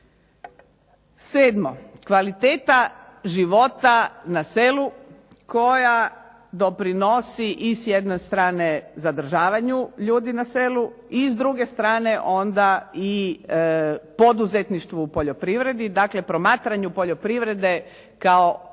Sedmo, kvaliteta života na selu koja doprinosi i s jedne strane zadržavanju ljudi na selu i s druge strane onda i poduzetništvu u poljoprivredi, dakle promatranju poljoprivrede kao